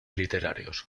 literarios